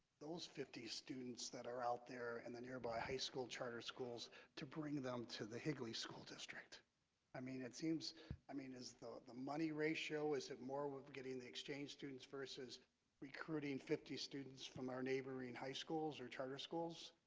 those fifty students that are out there and the nearby high school charter schools to bring them to the higley school district i mean it seems i mean as though the money ratio is that more with getting the exchange students versus recruiting fifty students from our neighboring high schools or charter schools.